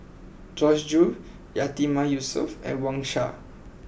Joyce Jue Yatiman Yusof and Wang Sha